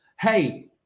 Hey